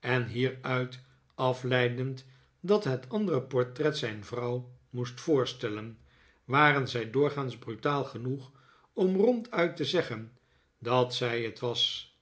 en hieruit afleidend dat het andere portret zijn vrouw moest voorstellen waren zij doorgaans brutaal genoeg om ronduit te zeggen dat zij het was